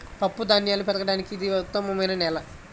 పప్పుధాన్యాలు పెరగడానికి ఇది ఉత్తమమైన నేల